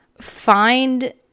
find